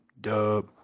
dub